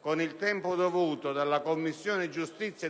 con il tempo dovuto dalla Commissione giustizia,